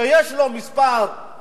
שיש לו כמה חברים,